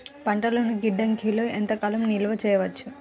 పంటలను గిడ్డంగిలలో ఎంత కాలం నిలవ చెయ్యవచ్చు?